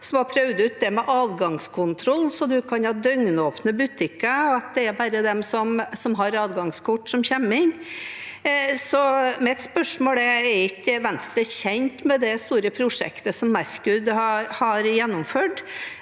som har prøvd ut adgangskontroll, slik at en kan ha døgnåpne butikker, og at det bare er de som har adgangskort, som kommer inn. Mitt spørsmål er: Er ikke Venstre kjent med det store prosjektet som Merkur har gjennomført,